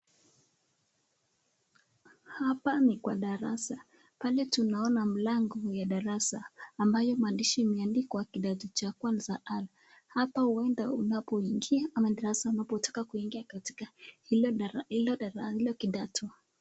Hapa ni kwa darasa, pale tunaona mlango ya darasa ambayo maandishi imeandikwa kidato cha kwanza, hapa huenda unapoingia ama unapotaka kuingia katika hilo kidato.